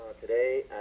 today